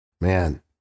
man